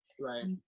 Right